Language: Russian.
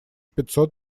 пятьсот